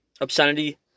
obscenity